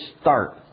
start